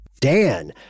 Dan